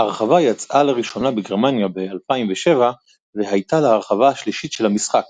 ההרחבה יצאה לראשונה בגרמניה ב-2007 והייתה להרחבה השלישית של המשחק,